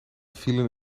vielen